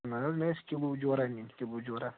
نَہ حظ مےٚ ٲسۍ کِلوٗ جوراہ نیِنۍ کِلوٗ جوراہ